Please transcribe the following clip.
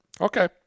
Okay